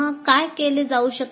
काय केले जाऊ शकते